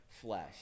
flesh